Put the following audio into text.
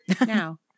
Now